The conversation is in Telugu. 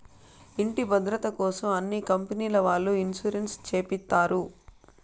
ఇంటి భద్రతకోసం అన్ని కంపెనీల వాళ్ళు ఇన్సూరెన్స్ చేపిస్తారు